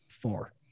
four